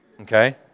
okay